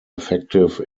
effective